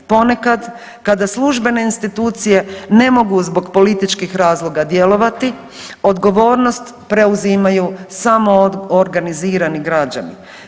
Ponekad kada službene institucije ne mogu zbog političkih razloga djelovati odgovornost preuzimaju samoorganizirani građani.